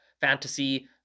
fantasy